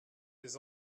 des